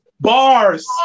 Bars